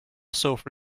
sofa